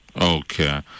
Okay